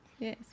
Yes